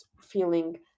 feeling